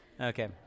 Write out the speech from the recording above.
Okay